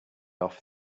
off